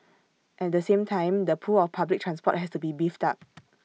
at the same time the pull of public transport has to be beefed up